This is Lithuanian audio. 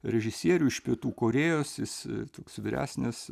režisierių iš pietų korėjos jis toks vyresnis